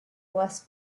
less